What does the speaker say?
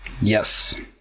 Yes